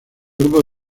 grupo